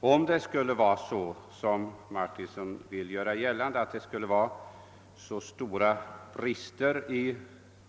Och om det nu skulle vara så som herr Martinsson hävdar, att det föreligger stora brister i